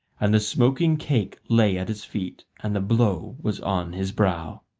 and the smoking cake lay at his feet and the blow was on his brow.